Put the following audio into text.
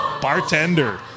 bartender